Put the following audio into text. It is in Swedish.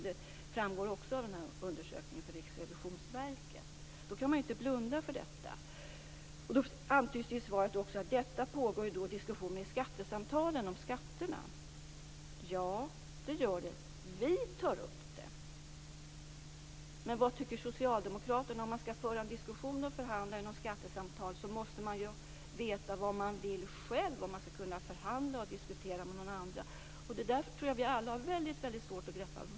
Det framgår också av denna undersökning att det beror på skatten. Då kan man inte blunda för detta. Det antyds också i svaret att det pågår diskussioner om detta med skatterna i skattesamtalen. Ja, det gör det. Vi tar upp den frågan. Men vad tycker socialdemokraterna? Om man skall föra diskussion och förhandla i skattesamtal måste man ju veta vad man själv vill. Vi har alla svårt att få något grepp om vad socialdemokraterna vill.